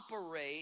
operate